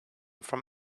from